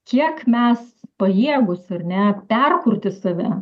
kiek mes pajėgūs ar ne perkurti save